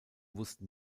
wussten